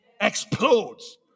explodes